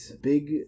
big